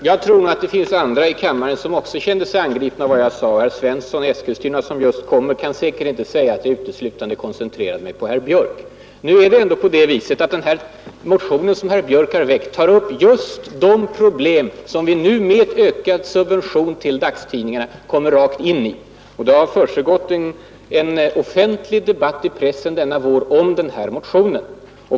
Herr talman! Jag tror att det finns andra här i kammaren som också kände sig angripna av vad jag sade. Herr Svensson i Eskilstuna, som är näste talare, kan säkert inte säga att jag uteslutande koncentrerade mig på herr Björk i Göteborg. Men nu är det på det viset att den motion som herr Björk har väckt tar upp just de problem som vi nu med ökad subvention till dagstidningarna kommer rakt in i. Det har förts en offentlig debatt i pressen denna vår om herr Björks motion.